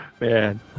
man